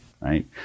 Right